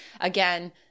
Again